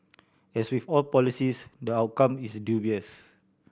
as with all policies the outcome is dubious